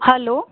hello